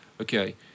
Okay